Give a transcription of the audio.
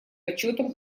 почетом